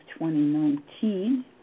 2019